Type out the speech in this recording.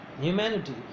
humanity